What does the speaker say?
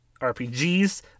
RPGs